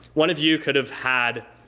one of you could have had,